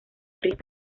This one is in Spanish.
ríos